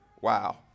Wow